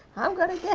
i'm gonna yeah